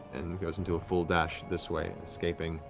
and goes into a full dash this way, escaping.